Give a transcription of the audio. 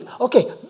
Okay